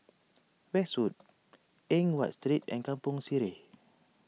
Westwood Eng Watt Street and Kampong Sireh